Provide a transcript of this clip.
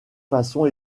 façon